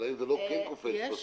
זה לא קופץ בסוף.